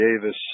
Davis